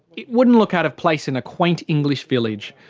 it wouldn't look out of place in a quaint english village,